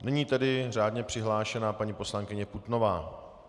Nyní řádně přihlášená paní poslankyně Putnová.